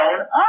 up